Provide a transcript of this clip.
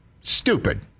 stupid